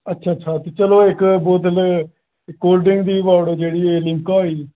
अच्छा अच्छा ते खरा इक्क बोतल कोल्ड ड्रिंक दी पाई ओड़ेओ जेह्ड़ी लिम्का होई